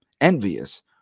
envious